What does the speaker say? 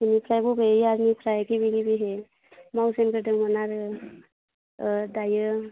बेनिफ्राय बबे यारनिफ्राय गिबि गिबिहै मावजेनबोदोंमोन आरो दायो